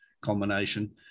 combination